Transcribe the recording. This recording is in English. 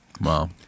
Wow